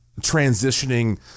transitioning